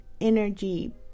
energy